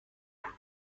شماره